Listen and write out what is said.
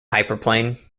hyperplane